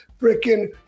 freaking